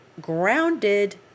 grounded